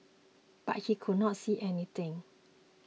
but he could not see anything